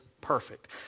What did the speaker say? perfect